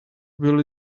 will